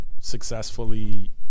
successfully